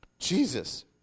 jesus